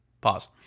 Pause